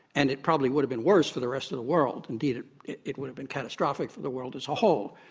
and it probably would have been worse for the rest of the world indeed it it would have been catastrophic for the world as a whole.